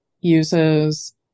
uses